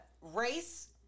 race